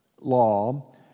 law